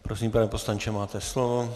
Prosím, pane poslanče, máte slovo.